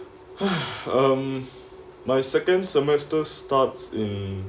um my second semester starts in